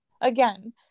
again